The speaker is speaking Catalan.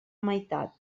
meitat